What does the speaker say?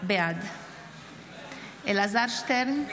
בעד אלעזר שטרן,